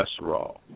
cholesterol